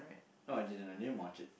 not I didn't I didn't watch it